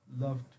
Love